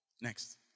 Next